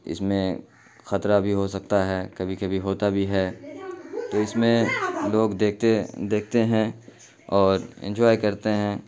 اس میں خطرہ بھی ہو سکتا ہے کبھی کبھی ہوتا بھی ہے تو اس میں لوگ دیکھتے دیکھتے ہیں اور انجوائے کرتے ہیں